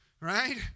right